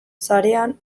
sarean